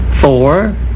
Four